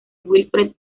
wilfred